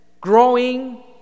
growing